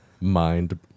Mind